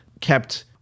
kept